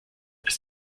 ist